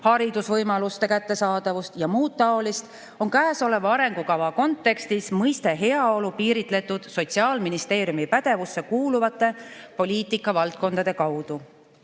haridusvõimaluste kättesaadavust ja muud seesugust, on kõnealuse arengukava kontekstis heaolu mõiste piiritletud Sotsiaalministeeriumi pädevusse kuuluvate poliitikavaldkondade kaudu.